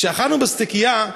כשאכלנו בסטיקייה,